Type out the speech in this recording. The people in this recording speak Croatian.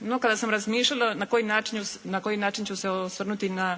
No, kada sam razmišljala na koji način ću se osvrnuti na